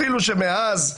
אפילו שמאז,